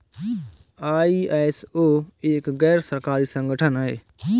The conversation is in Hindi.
आई.एस.ओ एक गैर सरकारी संगठन है